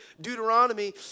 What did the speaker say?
Deuteronomy